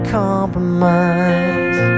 compromise